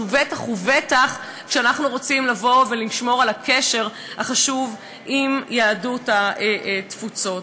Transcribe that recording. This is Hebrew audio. בטח ובטח כשאנחנו רוצים לבוא ולשמור על הקשר החשוב עם יהדות התפוצות.